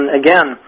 again